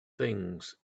things